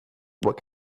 what